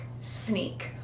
sneak